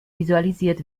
visualisiert